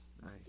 Nice